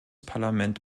parlament